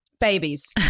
babies